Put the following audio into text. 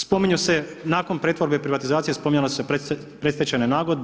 Spominju se, nakon pretvorbe i privatizacije, spominjale su se predstečajne nagodbe.